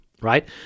right